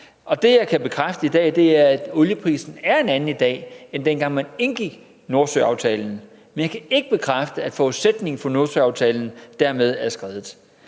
Det, jeg kan bekræfte i dag, er, at olieprisen er en anden i dag, end dengang man indgik Nordsøaftalen. Men jeg kan ikke bekræfte, at forudsætningen for Nordsøaftalen dermed er skredet.